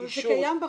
אבל זה קיים בחוק.